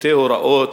שתי הוראות,